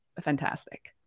fantastic